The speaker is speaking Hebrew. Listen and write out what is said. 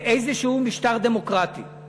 באיזשהו משטר דמוקרטי,